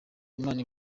imana